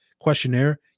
questionnaire